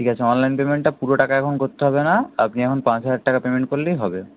ঠিক আছে অনলাইন পেমেন্টটা পুরো টাকা এখন করতে হবে না আপনি এখন পাঁচ হাজার টাকা পেমেন্ট করলেই হবে